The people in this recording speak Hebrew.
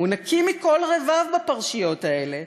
והוא נקי מכל רבב בפרשיות האלה,